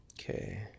Okay